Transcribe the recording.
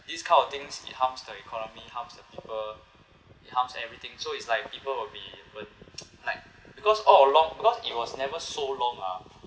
these kind of things it harms the economy harms the people it harms everything so it's like people will be even like because all along because it was never so long ah